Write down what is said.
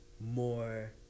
more